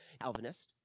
Alvinist